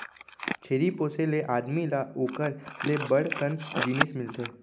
छेरी पोसे ले आदमी ल ओकर ले बड़ कन जिनिस मिलथे